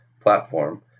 platform